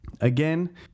Again